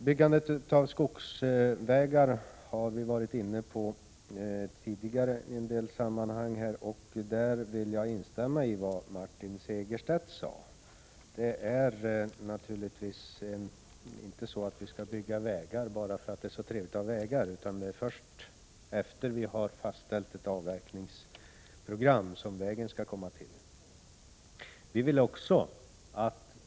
Vi har tidigare i olika sammanhang varit inne på frågan om byggandet av skogsvägar, och jag vill nu instämma i vad Martin Segerstedt nyss sade. Vi skall naturligtvis inte bygga vägar bara för att det är trevligt att ha vägar, utan det är först sedan ett avverkningsprogram har fastställts som vägen skall komma till.